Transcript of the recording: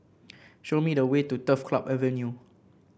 show me the way to Turf Club Avenue